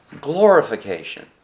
glorification